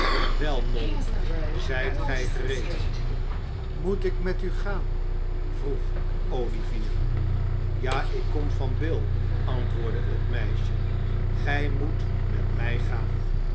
wel nolly zijt gij gereed moet ik met u gaan vroeg olivier ja ik kom van bill antwoordde het meisje gij moet met mij gaan